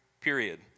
period